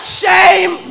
shame